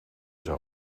zou